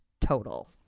total